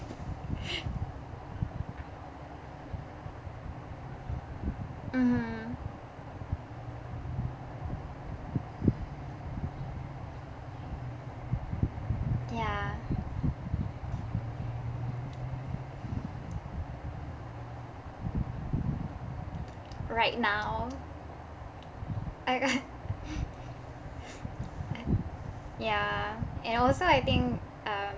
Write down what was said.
mmhmm ya right now I got ya and also I think uh